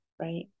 right